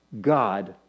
God